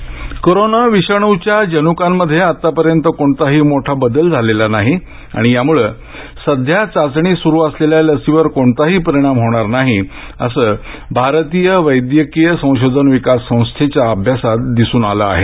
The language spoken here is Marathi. जनुकं कोरोना विषाणूच्या जनुकांमध्ये आतापर्यंत कोणताही मोठा बदल झालेला नाही आणि यामुळे सध्या चाचणी सुरु असलेल्या लसीवर कोणताही परिणाम होणार नाही असं भारतीय वैद्यकीय संशोधन आणि विकास संस्थेच्या अभ्यासात दिसून आलं आहे